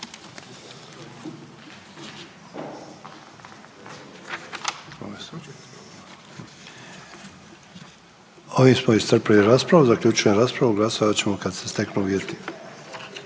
Ante (HDZ)** Ovim smo iscrpili raspravu. Zaključujem raspravu. Glasovat ćemo kad se steknu uvjeti.